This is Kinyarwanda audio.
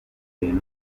ibintu